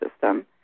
system